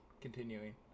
continuing